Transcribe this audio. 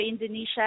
Indonesia